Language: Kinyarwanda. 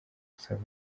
gusoma